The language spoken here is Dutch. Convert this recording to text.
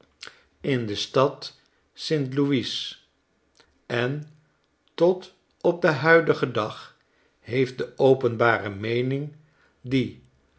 in de stad st louis en tot op den huidigen dag heeft de openbare meening dien